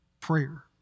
prayer